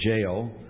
jail